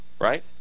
right